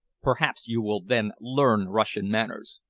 perhaps you will then learn russian manners.